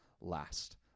last